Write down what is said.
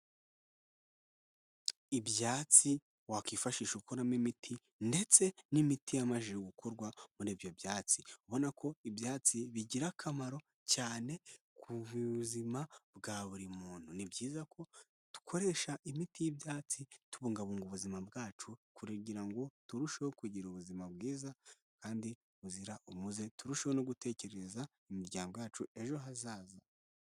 Ibyatsi wakwifashisha ukoramo imiti ndetse n'imiti yamajije gukorwa muri ibyo byatsi ubona ko ibyatsi bigira akamaro cyane kubuzima bwa buri muntu ni byiza ko dukoresha imiti y'ibyatsi tubungabunga ubuzima bwacu kugira ngo turusheho kugira ubuzima bwiza kandi buzira umuze turusheho gutekereza imiryango yacu ejo hazaza.